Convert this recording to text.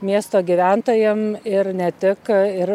miesto gyventojam ir ne tik ir